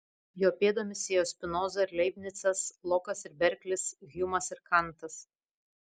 jo pėdomis ėjo spinoza ir leibnicas lokas ir berklis hjumas ir kantas